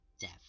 death